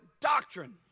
doctrine